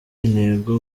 intego